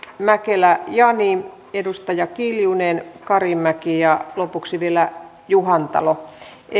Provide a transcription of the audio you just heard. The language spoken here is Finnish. mäkelä jani edustaja kiljunen karimäki ja lopuksi vielä juhantalo